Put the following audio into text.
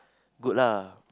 good lah